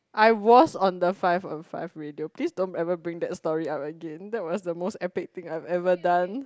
I was on the five on five radio please don't ever bring back that story out again that was the most epic things I have ever done